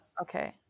okay